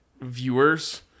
viewers